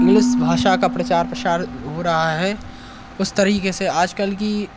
English भाषा का प्रचार प्रशार हो रहा है उस तरीके से आजकल की